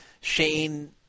Shane